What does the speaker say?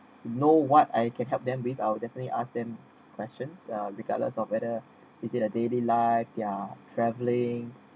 know what I can help them with I'll definitely ask them questions uh regardless of whether is it a daily life their travelling